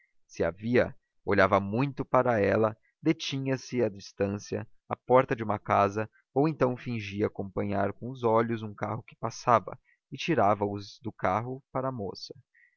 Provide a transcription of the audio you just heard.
se a via olhava muito para ela detinha se a distância à porta de uma casa ou então fingia acompanhar com os olhos um carro que passava e tirava os do carro para a moça